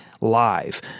Live